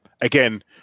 again